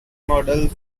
models